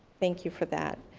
thank you for that.